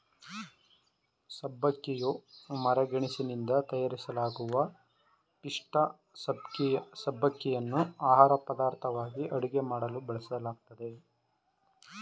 ಸಬ್ಬಕ್ಕಿಯು ಮರಗೆಣಸಿನಿಂದ ತಯಾರಿಸಲಾಗುವ ಪಿಷ್ಠ ಸಬ್ಬಕ್ಕಿಯನ್ನು ಆಹಾರಪದಾರ್ಥವಾಗಿ ಅಡುಗೆ ಮಾಡಲು ಬಳಸಲಾಗ್ತದೆ